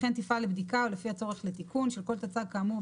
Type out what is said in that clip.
וכן תפעל לבדיקה לפי הצורך של תיקון של כל תצ"ג כאמור,